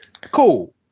Cool